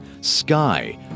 sky